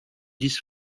this